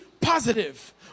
positive